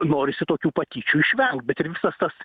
norisi tokių patyčių išvengt bet ir visas tas